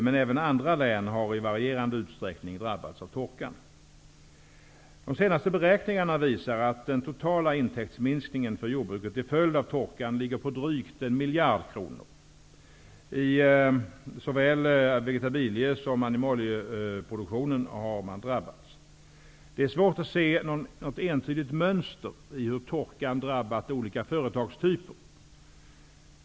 Men även andra län har i varierande utsträckning drabbats. De senaste beräkningarna visar att den totala intäktsminskningen för jordbruket till följd av torkan ligger på drygt 1 miljard kronor. Såväl vegetabiliesom animalieproducenter har drabbats. Det är svårt att se något entydigt mönster i hur torkan drabbat olika företagstyper.